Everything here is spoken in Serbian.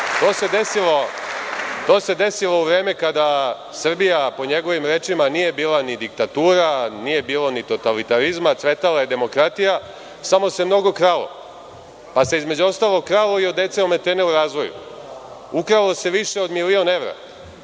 To se desilo u vreme kada Srbija, po njegovim rečima, nije bila ni diktatura, nije bilo ni totalitarizma, cvetala je demokratija, samo se mnogo kralo, pa se između ostalog kralo od dece ometene u razvoju. Ukralo se više od milion evra.